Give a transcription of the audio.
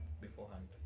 beforehand